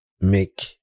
make